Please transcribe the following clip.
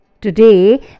Today